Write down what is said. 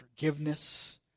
forgiveness